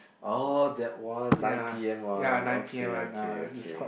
orh that one nine p_m one okay okay okay